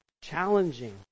challenging